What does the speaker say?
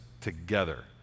together